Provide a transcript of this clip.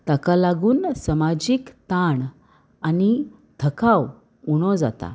ताका लागून समाजीक ताण आनी थकाव उणो जाता